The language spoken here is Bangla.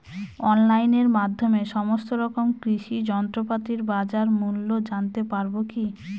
অনলাইনের মাধ্যমে সমস্ত রকম কৃষি যন্ত্রপাতির বাজার মূল্য জানতে পারবো কি?